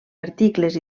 articles